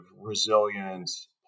resilience